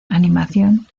animación